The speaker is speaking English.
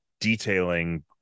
detailing